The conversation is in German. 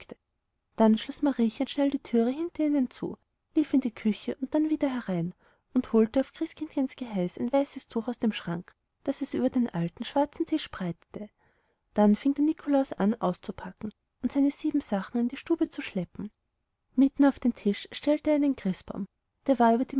dann schloß mariechen schnell die türe hinter ihnen zu lief in die küche dann wieder herein und holte auf christkinds geheiß ein weißes tuch aus dem schrank das es über den alten schwarzen tisch breitete nun fing der nikolaus an auszupacken und seine siebensachen in die stube zu schleppen mitten auf den tisch stellte er einen christbaum der war